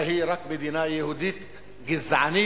אבל היא רק מדינה יהודית גזענית